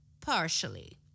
partially